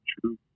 true